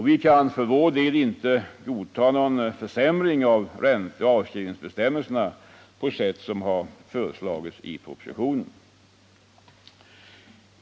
Vi kan för vår del inte godta någon försämring av ränteoch avskrivningsbestämmelserna på sätt som har föreslagits i propositionen.